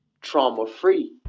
trauma-free